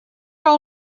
all